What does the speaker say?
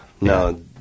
No